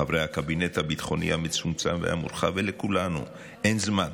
לחברי הקבינט הביטחוני המצומצם והמורחב ולכולנו: אין זמן.